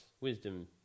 wisdom